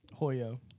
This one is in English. Hoyo